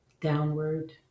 Downward